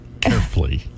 carefully